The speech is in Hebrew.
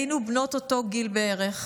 היינו בנות אותו גיל בערך,